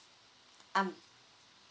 um